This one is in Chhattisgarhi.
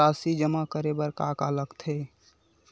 राशि जमा करे बर का का लगथे?